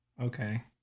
Okay